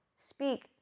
speak